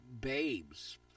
babes